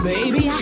Baby